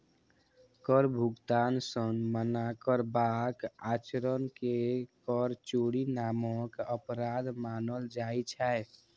कर भुगतान सं मना करबाक आचरण कें कर चोरी नामक अपराध मानल जाइ छै